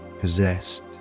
possessed